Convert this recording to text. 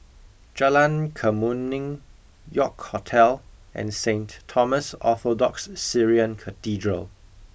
Jalan Kemuning York Hotel and Saint Thomas Orthodox Syrian Cathedral